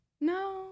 No